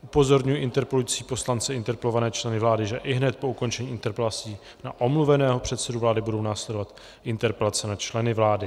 Upozorňuji interpelující poslance a interpelované členy vlády, že ihned po ukončení interpelací na omluveného předsedu vlády budou následovat interpelace na členy vlády.